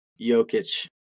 Jokic